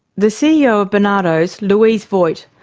the ceo of barnardos, louise voigt,